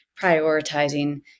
prioritizing